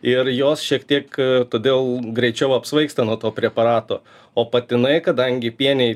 ir jos šiek tiek todėl greičiau apsvaigsta nuo to preparato o patinai kadangi pieniai